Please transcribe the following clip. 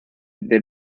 the